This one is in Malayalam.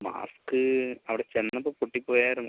മാസ്ക് അവിടെ ചെന്നതും പൊട്ടി പോയിരുന്നു